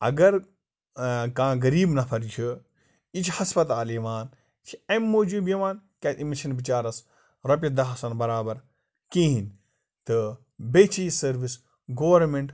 اَگر کانٛہہ غریٖب نَفَر چھُ یہِ چھِ ہَسپَتال یِوان یہِ چھِ أمۍ موٗجوٗب یِوان کیٛازِ أمِس چھِنہٕ بِچارَس رۄپیہِ دَہ آسان بَرابَر کِہیٖنۍ تہٕ بیٚیہِ چھِ یہِ سٔروِس گورمٮ۪نٛٹ